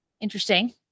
interesting